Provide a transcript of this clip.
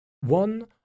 one